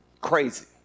Crazy